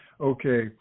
Okay